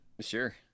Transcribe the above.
sure